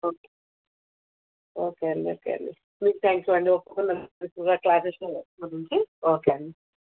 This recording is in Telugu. ఓకే ఓకే అండి ఓకే అండి మీకు థ్యాంక్ యూ అండి ఒప్పుకున్నందుకు ఎక్కువగా చార్జస్ లేవు ఒప్పునందుకు ఓకే అండి